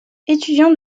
étudiant